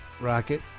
Rocket